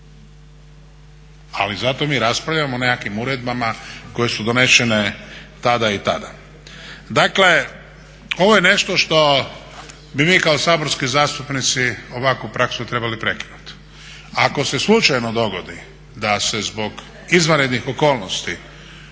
Ali zato mi raspravljamo o nekakvim uredbama koje su donesene tada i tada. Dakle, ovo je nešto što bi mi kao saborski zastupnici ovakvu praksu trebali prekinuti. Ako se slučajno dogodi da se zbog izvanrednih okolnosti